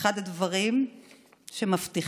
אחד הדברים שמבטיחים,